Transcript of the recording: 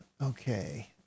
okay